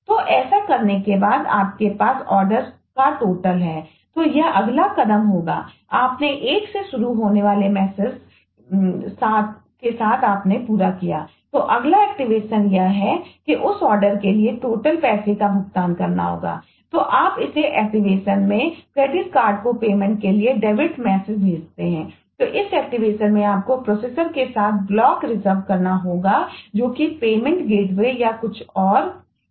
तो ऐसा करने के बाद आपके पास आर्डर या कुछ और है